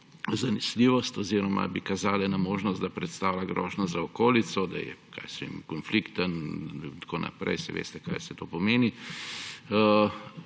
zanesljivost oziroma bi kazale na možnost, da predstavlja grožnjo za okolico, da je, na primer, konflikten in tako naprej, saj veste, kaj vse to pomeni,